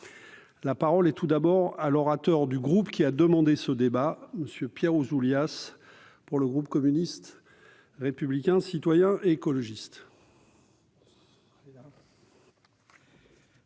la parole et tout d'abord à l'orateur du groupe, qui a demandé ce débat monsieur Pierre Ouzoulias pour le groupe communiste, républicain, citoyen et écologiste.